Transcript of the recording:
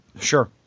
Sure